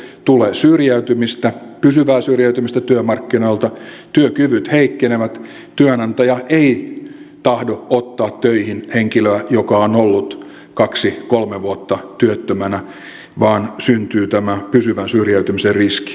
tulee syrjäytymistä pysyvää syrjäytymistä työmarkkinoilta työkyvyt heikkenevät työnantaja ei tahdo ottaa töihin henkilöä joka on ollut kaksi kolme vuotta työttömänä vaan syntyy tämä pysyvän syrjäytymisen riski